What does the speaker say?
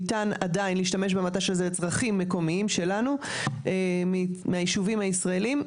ניתן עדיין להשתמש במט"ש הזה לצרכים מקומיים שלנו ומהישובים הישראלים,